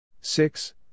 six